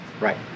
right